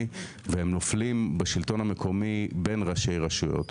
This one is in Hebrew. והם נופלים בשלטון המקומי בין ראשי רשויות,